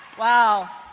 wow,